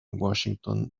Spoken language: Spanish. washington